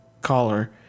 Caller